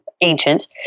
ancient